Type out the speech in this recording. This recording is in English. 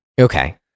Okay